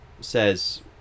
says